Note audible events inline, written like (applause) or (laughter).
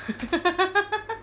(laughs)